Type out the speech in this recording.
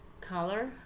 color